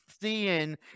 seeing